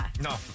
No